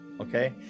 Okay